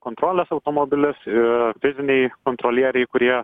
kontrolės automobilis ir fiziniai kontrolieriai kurie